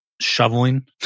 shoveling